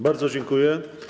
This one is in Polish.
Bardzo dziękuję.